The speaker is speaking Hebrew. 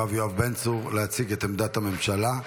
הרב יואב בן צור, להציג את עמדת הממשלה.